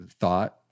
thought